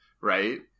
right